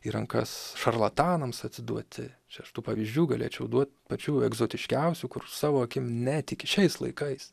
į rankas šarlatanams atiduoti čia aš tų pavyzdžių galėčiau duot pačių egzotiškiausių kur savo akim netiki šiais laikais